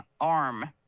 arm